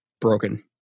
broken